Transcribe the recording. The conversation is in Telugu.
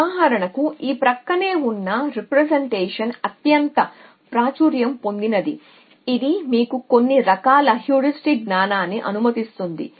ఉదాహరణకు ఈ ప్రక్కనే ఉన్న రీప్రెజెంటేషన్ అత్యంత ప్రాచుర్యం పొందినది ఇది మీకు కొన్ని రకాల హ్యూరిస్టిక్ జ్ఞానాన్ని అనుమతిస్తుంది